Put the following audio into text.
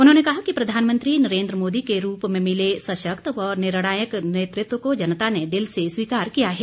उन्होंने कहा कि प्रधानमंत्री नरेन्द्र मोदी के रूप में मिले सशक्त व निर्णायक नेतृत्व को जनता ने दिल से स्वीकार किया है